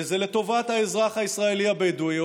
וזה לטובת האזרח הישראלי הבדואי או